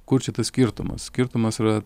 kur čia tas skirtumas skirtumas yra